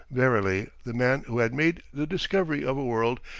verily, the man who had made the discovery of a world,